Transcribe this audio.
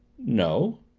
no,